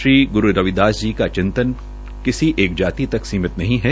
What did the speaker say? श्री ग्रू रविदास जी का चिंतन भी किसी एक जाति तक सीमित नही है